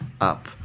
up